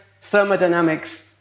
thermodynamics